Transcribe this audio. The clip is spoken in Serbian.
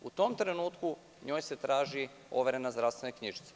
U tom trenutku njoj se traži overena zdravstvena knjižica.